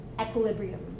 equilibrium